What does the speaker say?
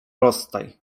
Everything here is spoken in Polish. rozstaj